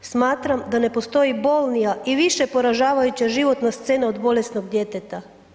Smatram da ne postoji bolnija i više poražavajuća životna scena od bolesna djeteta.